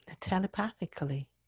telepathically